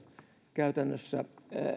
käytännössä